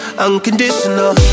Unconditional